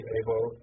able